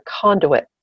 conduit